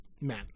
men